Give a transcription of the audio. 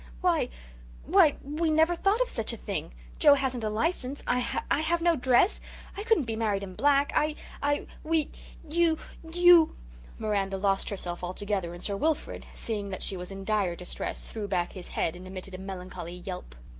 why why we never thought of such a thing joe hasn't a license i have i have no dress i couldn't be married in black i i we you you miranda lost herself altogether and sir wilfrid, seeing that she was in dire distress threw back his head and emitted a melancholy yelp.